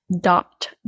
dot